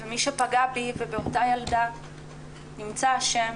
ומי שפגע בי ובאותה ילדה נמצא אשם